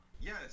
Yes